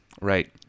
Right